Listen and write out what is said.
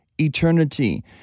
eternity